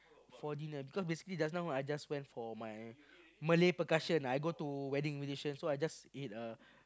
for dinner because basically just now I just went for my Malay percussion I go to wedding invitation so I just ate a